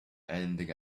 anything